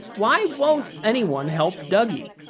why won't anyone help dougie?